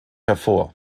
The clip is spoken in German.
hervor